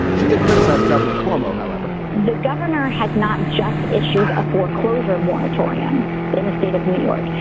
she did criticize governor cuomo, however the governor has not just issued a foreclosure. and why torian in the state of new york.